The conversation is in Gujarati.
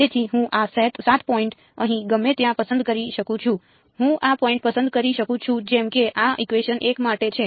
તેથી હું આ 7 પોઈન્ટ અહીં ગમે ત્યાં પસંદ કરી શકું છું હું આ પોઈન્ટ પસંદ કરી શકું છું જેમ કે આ ઇકવેશન 1 માટે છે